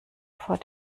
vor